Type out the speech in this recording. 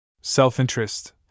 Self-interest